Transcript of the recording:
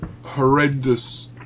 horrendous